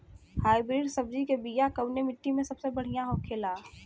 Hybrid सब्जी के बिया कवने मिट्टी में सबसे बढ़ियां होखे ला?